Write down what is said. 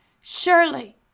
Surely